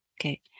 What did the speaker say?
Okay